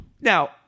now